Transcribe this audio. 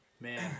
man